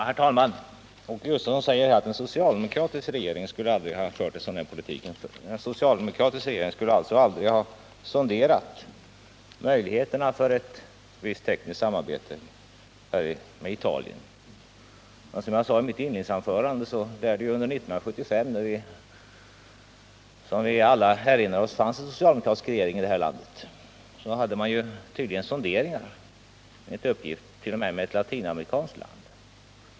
Herr talman! Åke Gustavsson säger att en socialdemokratisk regering aldrig skulle ha fört en sådan här politik. En socialdemokratisk regering skulle alltså aldrig ha sonderat möjligheterna för ett visst tekniskt samarbete med Italien? Som jag sade i mitt inledningsanförande gjorde man under 1975, när det som vialla erinrar oss fanns en socialdemokratisk regering i det här landet, tydligen sonderingar t.o.m. för samarbete med ett latinamerikanskt land.